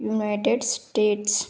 United States